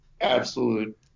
absolute